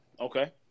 Okay